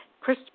Chris